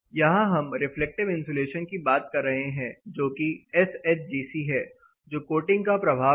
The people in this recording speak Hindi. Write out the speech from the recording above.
यहां हम रिफ्लेक्टिव इंसुलेशन की बात कर रहे हैं जोकि एस एच जी सी है जो कोटिंग का प्रभाव है